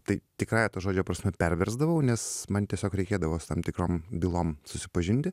tai tikrąja to žodžio prasme perversdavau nes man tiesiog reikėdavos tam tikroms bylom susipažinti